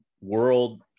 world